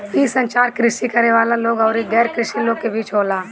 इ संचार कृषि करे वाला लोग अउरी गैर कृषि लोग के बीच होला